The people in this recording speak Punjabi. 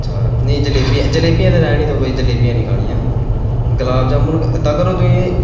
ਅੱਛਾ ਨਹੀਂ ਜਲੇ ਜਲੇਬੀਆਂ ਤਾਂ ਰਹਿਣ ਹੀ ਦਿਓ ਭਾਅ ਜੀ ਜਲੇਬੀਆਂ ਨਹੀਂ ਖਾਣੀਆਂ ਗੁਲਾਬ ਜਾਮੁਨ ਇੱਦਾਂ ਕਰੋ ਤੁਸੀਂ